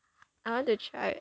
I want to try